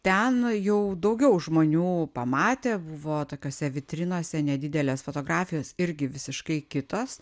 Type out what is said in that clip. ten jau daugiau žmonių pamatė buvo tokiose vitrinose nedidelės fotografijos irgi visiškai kitos